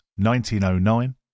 1909